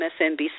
MSNBC